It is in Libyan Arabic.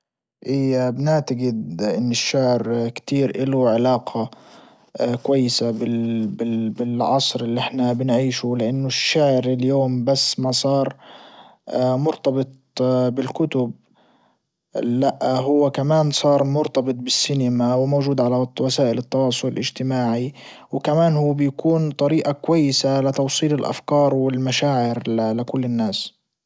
ايه بنعتجد ان الشعر كتير اله علاقة كويسة بالعصر اللي احنا بنعيشه لانه الشعر اليوم بس ما صار مرتبط بالكتب لأ هو كمان صار مرتبط بالسينما وموجود على وسائل التواصل الاجتماعي وكمان هو بيكون طريقة كويسة لتوصيل الافكار والمشاعر لكل الناس.